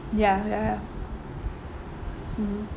ya ya ya mmhmm